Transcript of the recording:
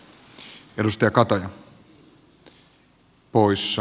arvoisa puhemies